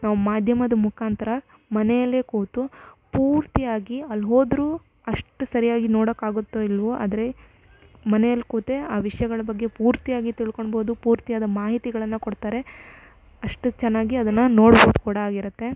ನಾವು ಮಾಧ್ಯಮದ ಮುಖಾಂತರ ಮನೆಯಲ್ಲೇ ಕೂತು ಪೂರ್ತಿಯಾಗಿ ಅಲ್ಲಿ ಹೋದರೂ ಅಷ್ಟು ಸರಿಯಾಗಿ ನೋಡಕ್ಕೆ ಆಗುತ್ತೋ ಇಲ್ಲವೋ ಆದರೆ ಮನೆಯಲ್ಲಿ ಕೂತೇ ಆ ವಿಷ್ಯಗಳ ಬಗ್ಗೆ ಪೂರ್ತಿಯಾಗಿ ತಿಳ್ಕೊಳ್ಬೋದು ಪೂರ್ತಿಯಾದ ಮಾಹಿತಿಗಳನ್ನು ಕೊಡ್ತಾರೆ ಅಷ್ಟು ಚೆನ್ನಾಗಿ ಅದನ್ನು ನೋಡ್ಬೋದು ಕೂಡ ಆಗಿರುತ್ತೆ